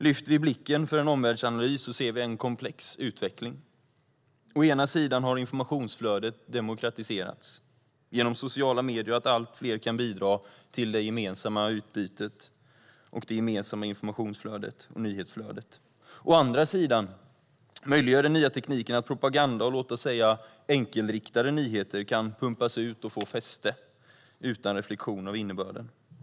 Lyfter vi blicken för en omvärldsanalys ser vi en komplex utveckling. Å ena sidan har informationsflödet demokratiserats genom sociala medier och genom att allt fler kan bidra till det gemensamma utbytet och det gemensamma informationsflödet och nyhetsflödet. Å andra sidan möjliggör den nya tekniken att propaganda och, låt oss säga, enkelriktade nyheter kan pumpas ut och få fäste utan att man reflekterar över innebörden.